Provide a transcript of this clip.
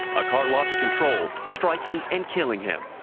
a car lost control, striking and killing him.